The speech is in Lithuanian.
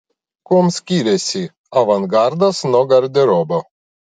kuom skiriasi avangardas nuo garderobo